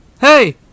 Hey